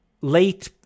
late